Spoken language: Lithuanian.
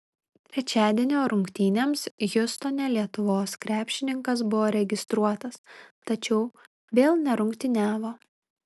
trečiadienio rungtynėms hjustone lietuvos krepšininkas buvo registruotas tačiau vėl nerungtyniavo